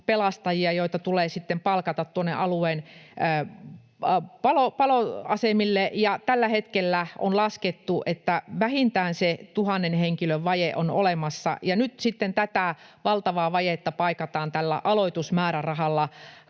pelastajia, joita tulee sitten palkata alueiden paloasemille. On laskettu, että tällä hetkellä vähintään se tuhannen henkilön vaje on olemassa, ja nyt sitten tätä valtavaa vajetta paikataan tällä aloitusmäärärahalla,